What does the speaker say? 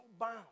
bound